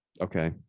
Okay